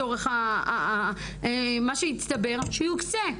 שמה שהצטבר שיוקצה.